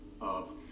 of-